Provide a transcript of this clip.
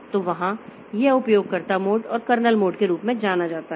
तो वहाँ यह उपयोगकर्ता मोड और कर्नेल मोड के रूप में जाना जाता है